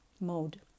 mode